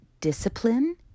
discipline